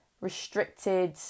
restricted